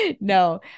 no